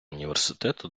університету